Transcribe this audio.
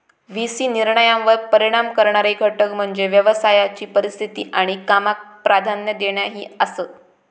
V C निर्णयांवर परिणाम करणारे घटक म्हणजे व्यवसायाची परिस्थिती आणि कामाक प्राधान्य देणा ही आसात